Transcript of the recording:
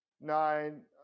nine